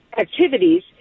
activities